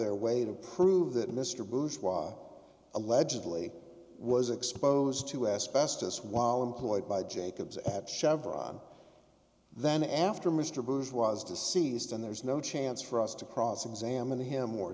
their way to prove that mr bush was allegedly was exposed to asbestos while employed by jacobs at chevron then after mr bush was to see it and there's no chance for us to cross examine him or